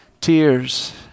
tears